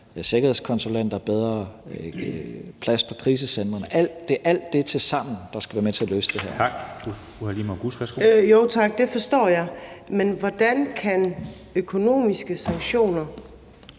sikkerhedskonsulenter og bedre plads på krisecentrene, tilsammen skal være med til at løse det her.